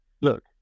look